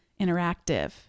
interactive